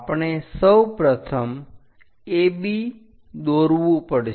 આપણે સૌપ્રથમ AB દોરવું પડશે